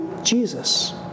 Jesus